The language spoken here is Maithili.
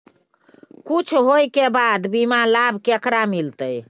कुछ होय के बाद बीमा लाभ केकरा मिलते?